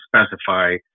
specify